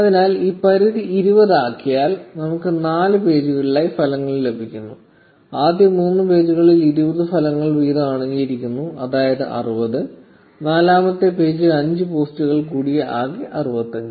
അതിനാൽ ഈ പരിധി 20 ആക്കിയാൽ നമുക്ക് നാല് പേജുകളിലായി ഫലങ്ങൾ ലഭിക്കും ആദ്യ മൂന്ന് പേജുകൾ 20 ഫലങ്ങൾ വീതം അടങ്ങിയിരിക്കുന്നു അതായത് 60 നാലാമത്തെ പേജ് അഞ്ച് പോസ്റ്റുകൾ കൂടി ആകെ 65